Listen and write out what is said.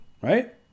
right